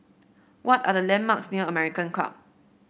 what are the landmarks near American Club